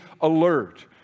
alert